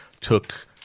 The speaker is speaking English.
took